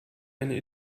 eine